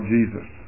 Jesus